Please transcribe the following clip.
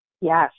Yes